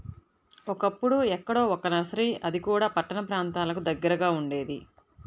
ఒకప్పుడు ఎక్కడో ఒక్క నర్సరీ అది కూడా పట్టణ ప్రాంతాలకు దగ్గరగా ఉండేది